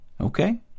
Okay